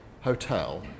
Hotel